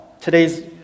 today's